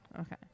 Okay